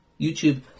YouTube